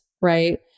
right